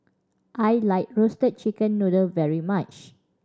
I like Roasted Chicken Noodle very much